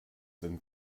denn